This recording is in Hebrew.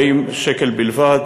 ל-140 שקל בלבד.